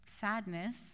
sadness